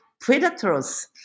predators